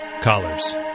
collars